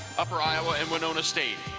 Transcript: upper iowa and wynonna state.